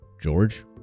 George